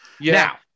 Now